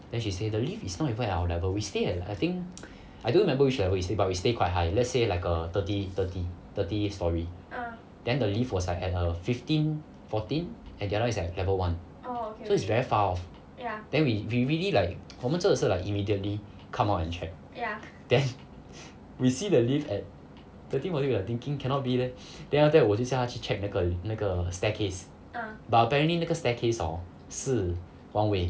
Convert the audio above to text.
then she say the lift is not even at our level we stay at I think I don't remember which level we stay but we stay quite high let's say like err thirty thirty thirty storey then the lift was at err fifteen fourteen and the other one is at level one so it's very far off then we we really like 我们真的是 like immediately come out and check then we see the lift at thirty mo~ we were like thinking cannot be leh then after that 我就叫她去 check 那个那个 staircase but apparently 那个 staircase hor 是 one way